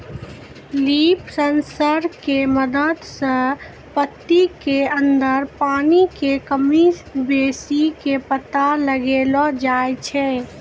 leaf sensor के मदद सॅ पत्ती के अंदर पानी के कमी बेसी के पता लगैलो जाय छै